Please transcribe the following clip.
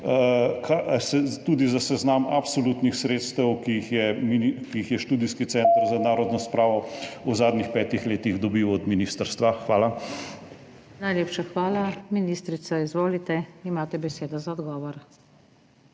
tudi za seznam absolutnih sredstev, ki jih je Študijski center za narodno spravo v zadnjih petih letih dobil od ministrstva. Hvala. **PODPREDSEDNICA NATAŠA SUKIČ:** Najlepša hvala. Ministrica, izvolite, imate besedo za odgovor.